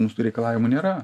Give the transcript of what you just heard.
mūsų reikalavimų nėra